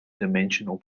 dimensional